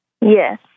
Yes